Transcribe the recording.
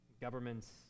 governments